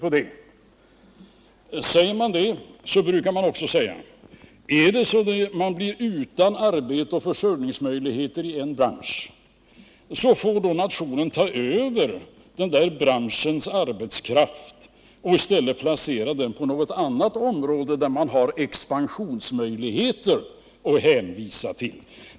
När man säger det, brukar man också säga: Är det så att man inom en bransch blir utan arbete och försörjningsmöjligheter, så får nationen ta över den branschens arbetskraft och placera den på något annat område där man har expansionsmöjligheter att hänvisa till.